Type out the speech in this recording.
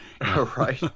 right